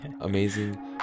amazing